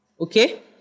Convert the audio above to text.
okay